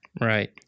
Right